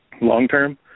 long-term